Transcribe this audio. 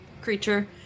creature